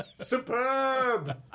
Superb